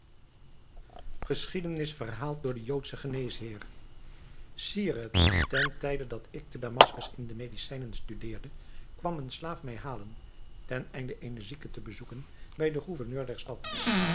geschiedenis verhaald door den joodschen geneesheer sire ten tijde dat ik te damaskus in de medicijnen studeerde kwam een slaaf mij halen ten einde een zieke te bezoeken bij den gouverneur der stad